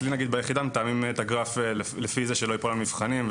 אצלי ביחידה מתאמים את הגרף כך שלא ייפול על מבחנים.